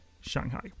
Shanghai